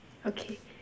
okay